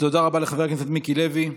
תודה רבה לחבר הכנסת מיקי לוי.